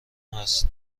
هست